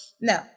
no